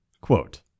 Quote